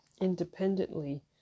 independently